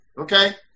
okay